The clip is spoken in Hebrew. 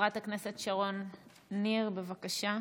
חברת הכנסת שרון ניר, בבקשה,